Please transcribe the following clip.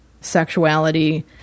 sexuality